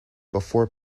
before